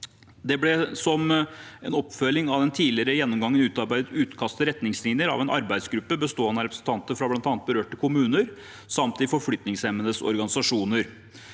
Det ble, som en oppfølging av den tidligere gjennomgangen, utarbeidet utkast til retningslinjer av en arbeidsgruppe bestående av representanter fra bl.a. berørte kommuner samt de forflytningshemmedes organisasjoner.